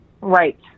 right